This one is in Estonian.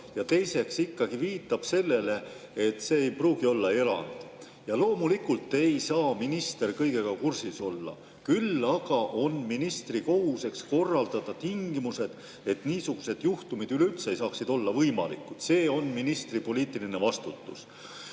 ja teiseks viitab ikkagi sellele, et see ei pruugi olla erand. Loomulikult ei saa minister kõigega kursis olla. Küll aga on ministri kohus [tagada] tingimused, et niisugused juhtumid ei saaks üleüldse olla võimalikud. See on ministri poliitiline vastutus.